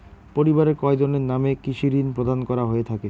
পরিবারের কয়জনের নামে কৃষি ঋণ প্রদান করা হয়ে থাকে?